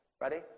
Ready